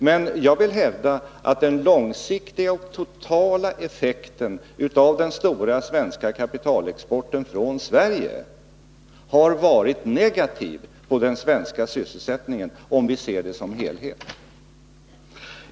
Men jag vill hävda att den långsiktiga och totala effekten av den stora svenska kapitalexporten från Sverige har varit negativ för den svenska sysselsättningen, om vi ser till helheten.